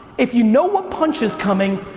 if you know what punch is coming,